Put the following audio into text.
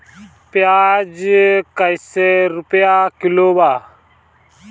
प्याज कइसे रुपया किलो बा?